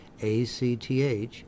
ACTH